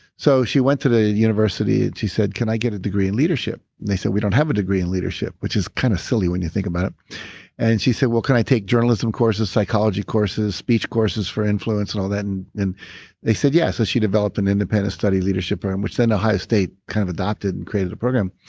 so, she went to the university and she said, can i get a degree in leadership? and they said, we don't have a degree i leadership, which is kind of silly when you think about and she said, well, can i take journalism courses, psychology courses, speech courses for influence and all that? and they said yeah, so she developed an independent study leadership program, um which then ohio state kind of adopted and created a program.